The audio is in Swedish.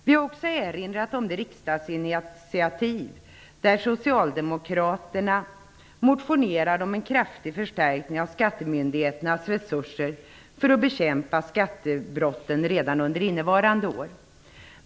Vi har också erinrat om det riksdagsinitiativ där socialdemokraterna motionerade om en kraftig förstärkning av skattemyndigheternas resurser för att bekämpa skattebrotten redan under innevarande år.